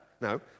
No